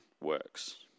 works